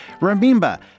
remember